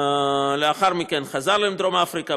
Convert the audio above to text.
לאחר מכן הוא חזר לדרום אפריקה.